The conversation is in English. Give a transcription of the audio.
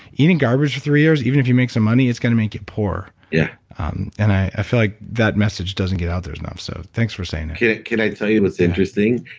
eating garbage for three years, even if you make some money, it's going to make you poor. yeah and i feel like that message doesn't get out there enough, so thanks for saying that can i tell you what's interesting?